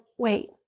wait